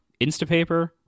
instapaper